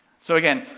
so again,